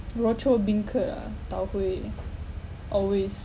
rochor beancurd ah tau huay always